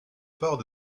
part